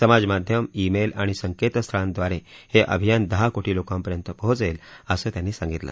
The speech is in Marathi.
समाजमाध्यम ई मेल आणि संकेतस्थळांद्वारे हे अभियान दहा कोटी लोकांपर्यंत पोहोचेल असं त्यांनी सांगितलं